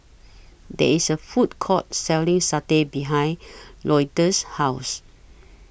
There IS A Food Court Selling Satay behind Louetta's House